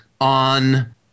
on